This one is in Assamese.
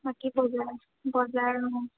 বাকী বজাৰ বজাৰ